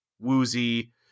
woozy